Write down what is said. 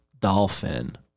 Dolphin